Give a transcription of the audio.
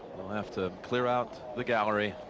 we'll have to clear out the gallery.